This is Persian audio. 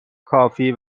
کافی